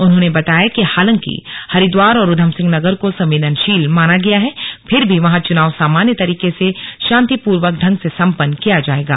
उन्होंने बताया कि हालांकि हरिद्दार और उधमसिंह नगर को संवेदनशील माना गया है फिर भी वहां चुनाव सामान्य तरीके से शांतिपूर्वक ढंग से संपन्न किया जाएगा